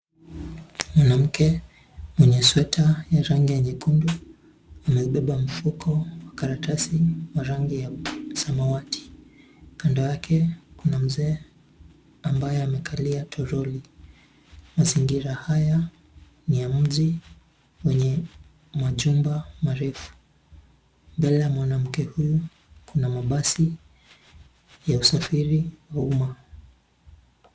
MWANAMKE MWENYE SWETA YA RANGI YA NYEKUNDU AMEUBEBA MFUKO WA KARATASI WA RANGI YA SAMAWATI. KANDO YAKE KUNA MZEE AMBAYE AMEKALIA TROLI. MAZINGIRA HAYA NI YA MJI MWENYE MAJUMBA MAREFU. MBELE YA MWANAMKE HUYU KUNA MABASI YA USAFIRI WA UMA